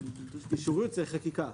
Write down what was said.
קישוריות זה חקיקה,